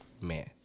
man